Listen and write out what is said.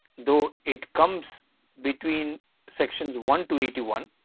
though it comes between sections one to eighty one